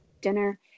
dinner